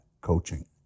coaching